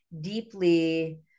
deeply